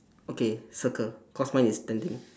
okay circle cause mine is standing